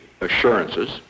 assurances